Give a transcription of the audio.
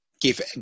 give